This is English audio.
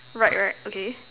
right right okay